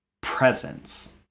presence